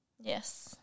Yes